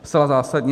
Zcela zásadně.